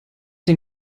den